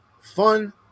Fun